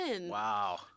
Wow